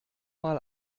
mal